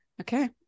Okay